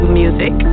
music